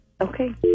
Okay